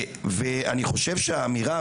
האמירה,